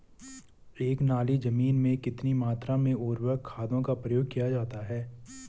एक नाली जमीन में कितनी मात्रा में उर्वरक खादों का प्रयोग किया जाता है?